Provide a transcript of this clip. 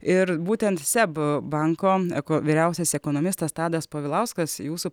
ir būtent seb banko eko vyriausias ekonomistas tadas povilauskas jūsų